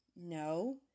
No